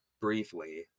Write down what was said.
briefly